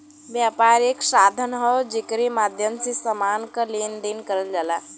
व्यापार एक साधन हौ जेकरे माध्यम से समान क लेन देन करल जाला